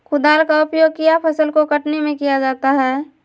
कुदाल का उपयोग किया फसल को कटने में किया जाता हैं?